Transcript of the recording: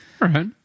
Right